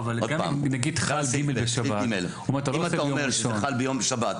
נגיד חל ג' בשבת --- אם אתה אומר שזה חל ביום שבת,